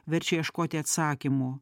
verčia ieškoti atsakymų